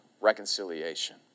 reconciliation